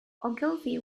ogilvy